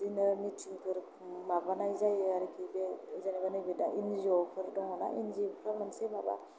बिदिनो मिथिंफोर माबानाय जायो आरोखि बे जेनेबा नैबे दा एन जि अ फोर दंना एन जि अ फ्रा माबा